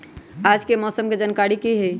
आज के मौसम के जानकारी कि हई?